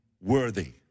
worthy